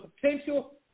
potential